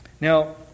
Now